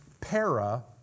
para